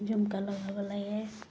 জুমকা লগাব লাগে